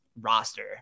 roster